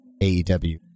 AEW